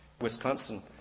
Wisconsin –